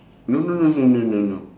no no no no no no